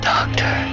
Doctor